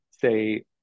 say